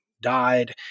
died